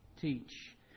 teach